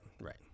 right